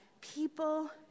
people